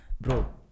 Bro